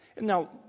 Now